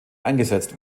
eingesetzt